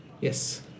Yes